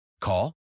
Call